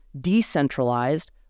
decentralized